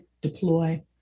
deploy